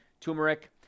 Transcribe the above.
Turmeric